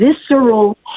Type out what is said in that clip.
visceral